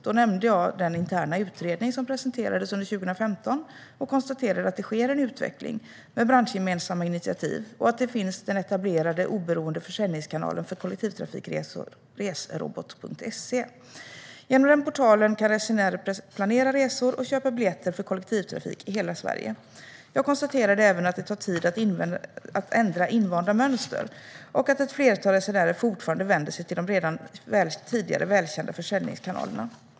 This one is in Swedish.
Då nämnde jag den interna utredning som presenterades under 2015 och konstaterade att det sker en utveckling med branschgemensamma initiativ och att det finns en etablerad oberoende försäljningskanal för kollektivtrafikresor - resrobot.se. Genom denna portal kan resenärer planera resor och köpa biljetter för kollektivtrafik i hela Sverige. Jag konstaterade även att det tar tid att ändra invanda mönster och att ett flertal resenärer fortfarande vänder sig till de redan tidigare välkända försäljningskanalerna.